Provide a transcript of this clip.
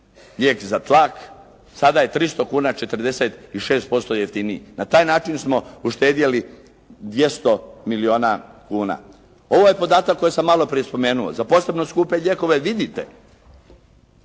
lijek za tlak, sada je 300 kuna, 46% jeftiniji. Na taj način smo uštedjeli 200 milijuna kuna. Ovaj podatak koji sam malo prije spomenuo za posebno skupe lijekove, vidite